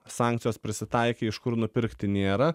sankcijos prisitaikė iš kur nupirkti nėra